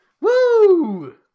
Woo